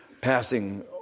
passing